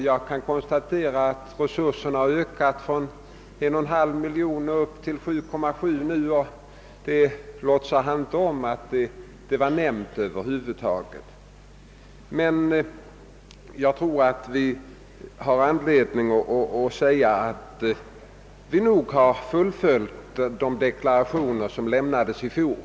Jag konstaterade att resurserna har ökat från 1,5 miljon till 7,7 miljoner, men han låtsas inte om att detta faktum över huvud taget har nämnts. Det finns anledning framhålla att vi här följt de uttalanden som gjordes i fjol.